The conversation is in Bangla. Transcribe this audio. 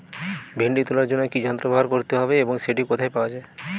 ভিন্ডি তোলার জন্য কি যন্ত্র ব্যবহার করতে হবে এবং সেটি কোথায় পাওয়া যায়?